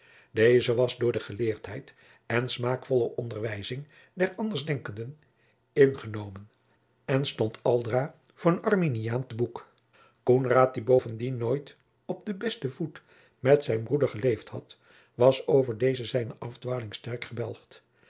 deze was door de geleerdheid en smaakvolle onderwijzing der andersdenkenden ingeuomen en stond aldra voor een arminiaan te boek koenraad die bovendien nooit op den besten voet met zijnen broeder geleefd had was over deze zijne afdwaling sterk gebelgd